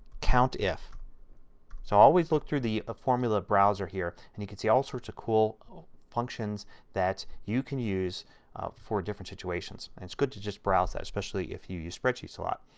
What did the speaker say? countif. so always look through the formula browser here and you can see all sorts of cool functions that you can use for different situations. it is good to just browse that especially if you use spreadsheets a lot.